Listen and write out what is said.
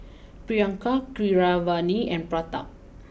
Priyanka Keeravani and Pratap